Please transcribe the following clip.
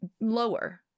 lower